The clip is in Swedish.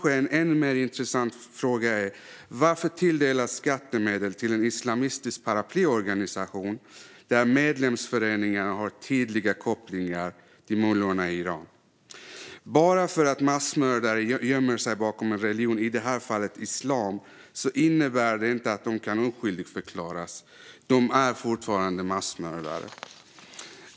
En ännu mer intressant fråga är kanske varför skattemedel tilldelas en islamistisk paraplyorganisation vars medlemsföreningar har tydliga kopplingar till mullorna i Iran. Att massmördare gömmer sig bakom en religion - i det här fallet islam - innebär inte att de kan oskyldigförklaras; de är fortfarande massmördare.